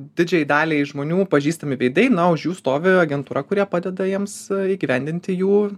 didžiajai daliai žmonių pažįstami veidai na už jų stovi agentūra kurie padeda jiems įgyvendinti jų